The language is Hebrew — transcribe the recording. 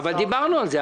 אבל דיברנו על זה.